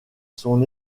son